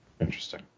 interesting